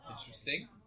Interesting